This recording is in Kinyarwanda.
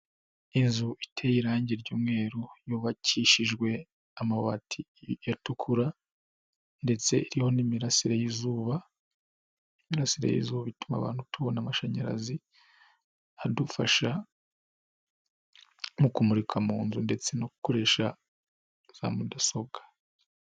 Inzu iteye irangi ry'umweru yubakishijwe amabati atukura ndetse iriho n'imirasire y'izuba, imirasire y'izuba ituma abantu tubona amashanyarazi adufasha mu kumurika mu nzu ndetse no gukoresha za mudasobwa.